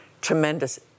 tremendous